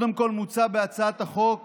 מוצע בהצעת החוק